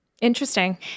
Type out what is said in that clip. Interesting